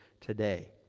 today